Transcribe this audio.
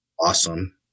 awesome